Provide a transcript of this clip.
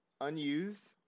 unused